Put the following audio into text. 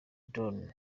don